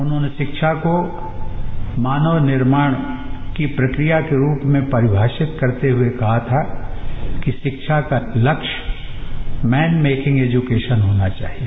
उन्होंने शिक्षा को मानव निर्माण की प्रक्रिया के रूप में परिभाषित करते हुए कहा कि शिक्षा का लक्ष्य मैन मेकिंग एजुकेशन होना चाहिए